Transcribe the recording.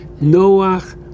Noah